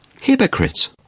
hypocrites